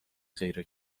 غیر